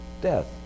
death